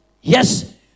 Yes